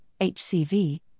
HCV